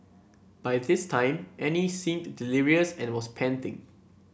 by this time Annie seemed delirious and was panting